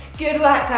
good work.